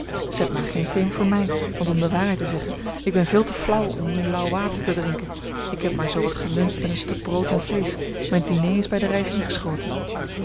zet maar geen thee voor mij want om de waarheid te zeggen ik ben veel te flauw om uw lauw water te drinken ik heb maar zoo wat geluncht met een stuk brood en vleesch mijn diner is bij de reis ingeschoten